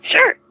Sure